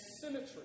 symmetry